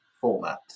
format